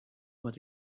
were